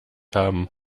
haben